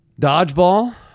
Dodgeball